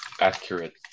accurate